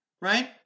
right